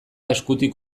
eskutik